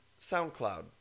SoundCloud